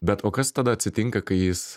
bet o kas tada atsitinka kai jis